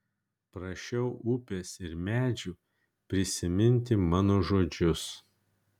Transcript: prašiau upės ir medžių prisiminti mano žodžius